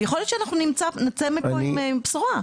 ויכול להיות שאנחנו נצא מפה עם בשורה.